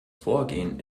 vorgehen